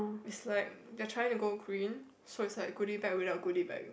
it's like they're trying to go green so it's like goodie bag without goodie bag